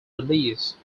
release